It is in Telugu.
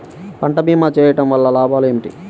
పంట భీమా చేయుటవల్ల లాభాలు ఏమిటి?